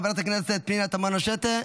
חברת הכנסת פנינה תמנו שטה,